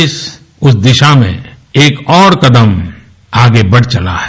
देश उस दिशा में एक और कदम आगे बढ़ चला है